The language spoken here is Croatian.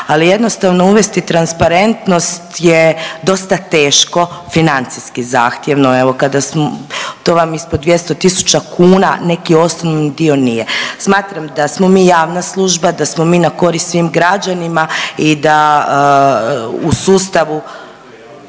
ali jednostavno uvesti transparentnost je dosta teško, financijski zahtjevno. Evo kada smo, to vam ispod 200 000 kuna neki osnovni dio nije. Smatram da smo mi javna služba, da smo mi na korist svim građanima i da u sustavu